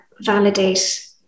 validate